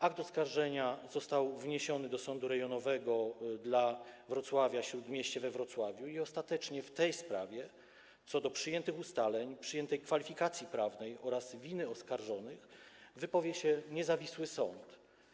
Akt oskarżenia został wniesiony do Sądu Rejonowego dla Wrocławia-Śródmieścia we Wrocławiu i ostatecznie w tej sprawie co do przyjętych ustaleń, przyjętej kwalifikacji prawnej oraz winy oskarżonych wypowie się niezawisły sąd.